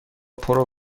پرو